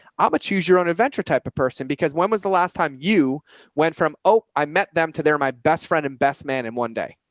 um a choose your own adventure type of person, because when was the last time you went from, oh, i met them to they're my best friend and best man in one day.